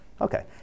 Okay